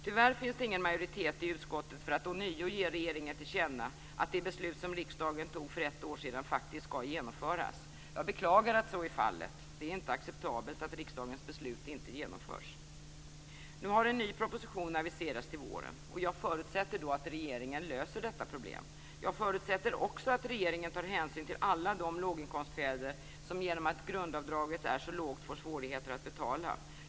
Tyvärr finns det ingen majoritet i utskottet för att ånyo ge regeringen till känna att det beslut som riksdagen fattade för ett år sedan faktiskt skall genomföras. Jag beklagar att så är fallet. Det är inte acceptabelt att riksdagens beslut inte genomförs. Nu har en ny proposition aviserats till våren. Jag förutsätter att regeringen då löser detta problem. Jag förutsätter också att regeringen tar hänsyn till alla de låginkomstfäder som genom att grundavdraget är så lågt får svårigheter att betala.